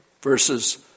verses